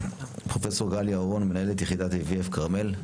פרופ' גליה אורון, מנהלת יחידת IVF כרמל.